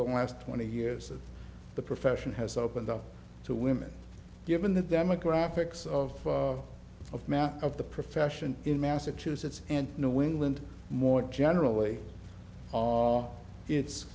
the last twenty years the profession has opened up to women given the demographics of of map of the profession in massachusetts and new england more generally it's